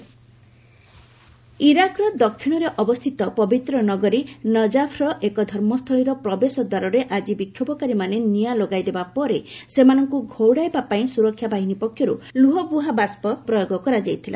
Iraq protest ଇରାକ୍ର ଦକ୍ଷିଣରେ ଅବସ୍ଥିତ ପବିତ୍ର ନଗରୀ ନଜାଫ୍ ର ଏକ ଧର୍ମସ୍ଥଳୀର ପ୍ରବେଶ ଦ୍ୱାରାରେ ଆଜି ବିକ୍ଷୋଭକାରୀମାନେ ନିଆଁ ଲଗାଇଦେବା ପରେ ସେମାନଙ୍କୁ ଘଉଡାଇବା ପାଇଁ ସୁରକ୍ଷା ବାହିନୀ ପକ୍ଷରୁ ଲୁହବୁହା ବାଷ୍କ ପ୍ରୟୋଗ କରିଥିଲେ